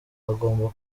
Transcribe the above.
agomba